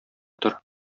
тор